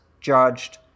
judged